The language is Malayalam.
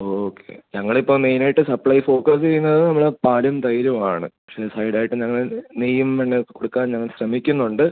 ഓക്കെ ഞങ്ങൾ ഇപ്പം മെയിൻ ആയിട്ട് സപ്ലൈ ഫോക്കസ് ചെയ്യുന്നത് നമ്മൾ പാലും തൈരും ആണ് പക്ഷെ സൈഡ് ആയിട്ട് ഞങ്ങൾ നെയ്യും വെണ്ണയും കൊടുക്കാൻ ഞങ്ങൾ ശ്രമിക്കുന്നുണ്ട്